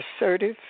assertive